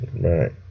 Right